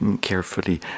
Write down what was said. carefully